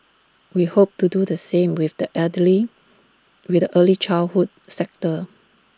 we hope to do the same with the elderly with the early childhood sector